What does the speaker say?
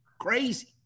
crazy